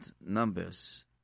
numbers